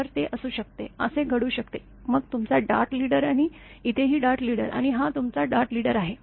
तर ते असू शकते असे घडू शकते मग तुमचा डार्ट लीडर आणि इथेही डार्ट लीडर आणि हा तुमचा डार्ट लीडर आहे